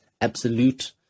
absolute